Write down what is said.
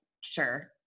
sure